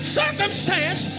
circumstance